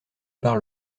par